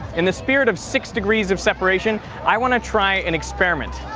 in the spirit of six degrees of separation i want to try an experiment.